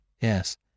Yes